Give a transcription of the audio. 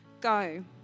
go